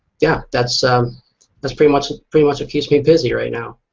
yeah, that's um that's pretty much pretty much what keeps me busy right now.